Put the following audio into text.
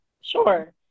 sure